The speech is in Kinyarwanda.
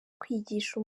kwigisha